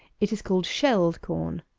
it is called shelled corn.